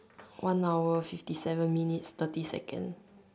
one hour fifty seven minutes thirty second